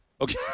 Okay